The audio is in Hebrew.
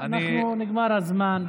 נגמר הזמן.